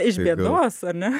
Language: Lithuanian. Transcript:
iš bėdos ar ne